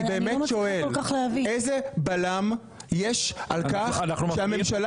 אני באמת שואל איזה בלם יש על כך שהממשלה